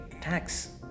tax